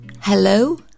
hello